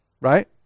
right